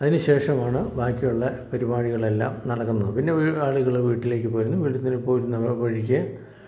അതിന് ശേഷമാണ് ബാക്കിയുള്ള പരിപാടികളെല്ലാം നടക്കുന്നത് പിന്നെ വീ ആളുകള് വീട്ടിലേക്ക് പോരുന്നു വീട്ടിലേക്ക് പോരുന്ന വഴിക്ക്